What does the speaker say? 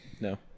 No